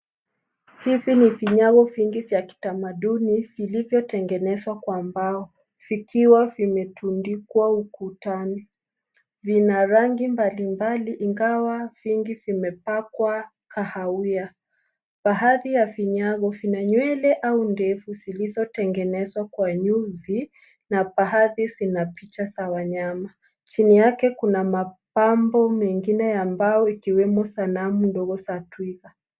Hivi ni vinyago vingi vya kitamaduni viliyo tengenezwa kwa mbao vikiwa vimetundikwa ukutani. Vina rangi mbalimbali ingawa vingi vimepakwa kahawia. Baadhi ya vinyago vina nywele au ndefu zilizotengenezwa kwa nyuzi na baadhi zina picha za wanyama. Chini yake kuna mapambo mengine ya mbao ikiwemo sanamu ndogo za twiga.